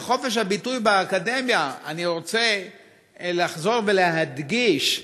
וחופש הביטוי באקדמיה, אני רוצה לחזור ולהדגיש,